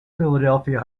philadelphia